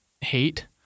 hate